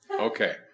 Okay